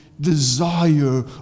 desire